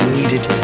needed